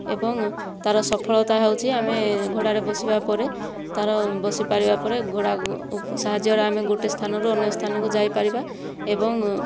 ଏବଂ ତା'ର ସଫଳତା ହେଉଛି ଆମେ ଘୋଡ଼ାରେ ବସିବା ପରେ ତା'ର ବସିପାରିବା ପରେ ଘୋଡ଼ା ସାହାଯ୍ୟରେ ଆମେ ଗୋଟିଏ ସ୍ଥାନରୁ ଅନ୍ୟ ସ୍ଥାନକୁ ଯାଇପାରିବା ଏବଂ